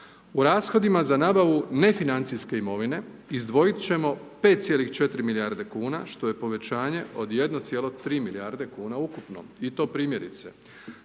U rashodima za nabavu ne financijske imovine izdvojit ćemo 5,4 milijarde kuna što je povećanje od 1,3 milijarde kuna ukupno i to primjerice,